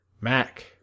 Mac